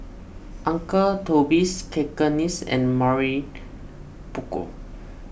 Uncle Toby's Cakenis and Mamy Poko